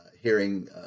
hearing